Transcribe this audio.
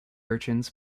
urchins